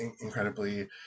incredibly